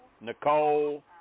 Nicole